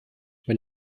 wenn